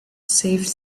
saved